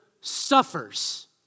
suffers